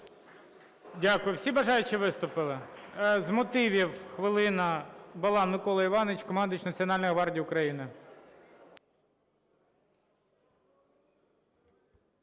Дякую. Всі бажаючі виступили? З мотивів хвилина, Балан Микола Іванович, командувач Національної гвардії України.